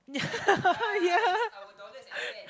yeah yeah